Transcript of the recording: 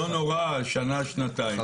לא נורא שנה שנתיים,